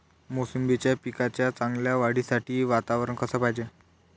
मोसंबीच्या पिकाच्या चांगल्या वाढीसाठी वातावरन कस पायजे?